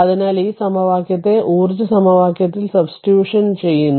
അതിനാൽ ഈ സമവാക്യത്തെ ഊർജ്ജം സമവാക്യത്തിൽ സബ്സ്റ്റിട്യൂഷൻ വിളിക്കുന്നു